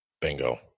Bingo